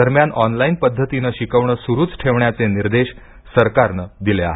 दरम्यान ऑनलाईन पद्धतीने शिकवणे सुरूच ठेवण्याचे निर्देश सरकारने दिले आहेत